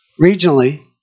Regionally